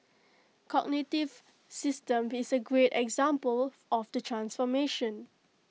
cognitive systems is A great example of the transformation